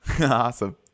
Awesome